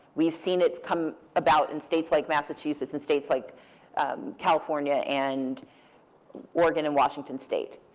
we've seen it come about in states like massachusetts and states like california and oregon and washington state.